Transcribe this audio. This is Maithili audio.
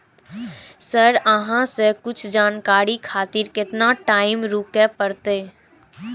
सर अहाँ से कुछ जानकारी खातिर केतना टाईम रुके परतें?